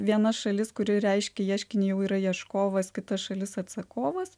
viena šalis kuri reiškia ieškinį jau yra ieškovas kitas šalis atsakovas